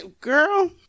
girl